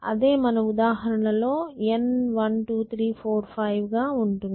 అదే మన ఉదాహరణలో N 12345 గా ఉంటుంది